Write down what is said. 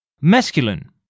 Masculine